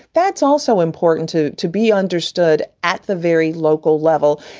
that's also important to to be understood at the very local level.